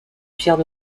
pierre